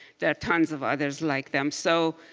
there are tons of others like them, so